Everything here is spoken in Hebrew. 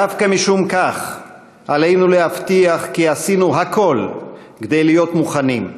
דווקא משום כך עלינו להבטיח כי עשינו הכול כדי להיות מוכנים,